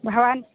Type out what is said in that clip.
भवान्